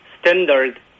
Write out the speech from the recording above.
standard